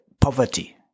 poverty